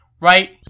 Right